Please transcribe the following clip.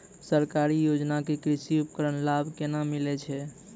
सरकारी योजना के कृषि उपकरण लाभ केना मिलै छै?